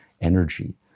energy